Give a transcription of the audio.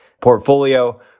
portfolio